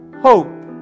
hope